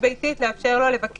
העלו פה